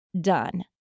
done